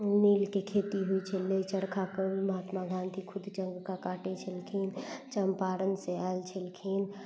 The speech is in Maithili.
नीलके खेती होइ छलै चरखाके महात्मा गाँधी खुद चर्खा काटै छलखिन चम्पारण से आयल छलखिन